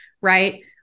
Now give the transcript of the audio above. right